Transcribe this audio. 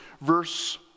verse